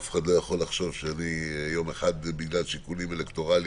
אף אחד לא יכול לחשוב שאני יום אחד בגלל שיקולים אלקטורליים